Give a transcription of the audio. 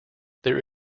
there